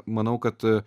manau kad